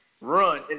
run